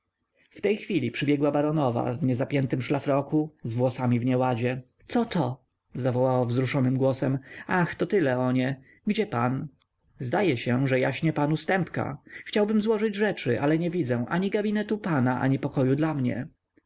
w tej chwili przybiegła baronowa w niezapiętym szlafroku z włosami w nieładzie coto zawołała wzruszonym głosem ach to ty leonie gdzie pan zdaje się że jaśnie pan u stępka chciałbym złożyć rzeczy ale nie widzę ani gabinetu pana ani pokoju dla mnie